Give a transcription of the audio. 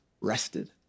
rested